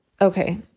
okay